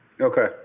Okay